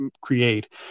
create